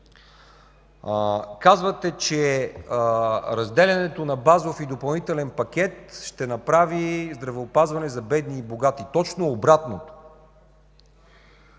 Казвате, че разделянето на базов и допълнителен пакет ще направи здравеопазване за бедни и богати. Точно обратното